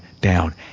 down